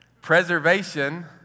Preservation